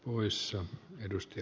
hyvän kierteen